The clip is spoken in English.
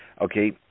okay